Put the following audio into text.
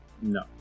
No